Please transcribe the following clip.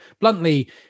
bluntly